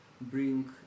bring